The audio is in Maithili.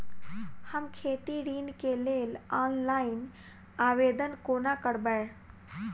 हम खेती ऋण केँ लेल ऑनलाइन आवेदन कोना करबै?